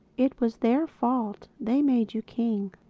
it was their fault they made you king.